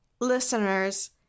listeners